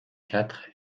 quatre